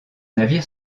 navire